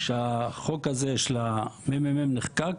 כשהחוק הזה של המ.מ.מ נחקק